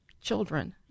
children